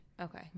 okay